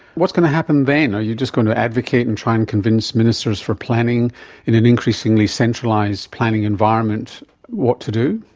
what's going to happen then? are you just going to advocate and try and convince ministers for planning in an increasingly centralised centralised planning environment what to do?